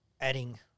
adding